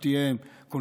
שלא תהיה קונקרטית,